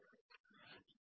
વિદ્યાર્થી